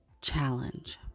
challenge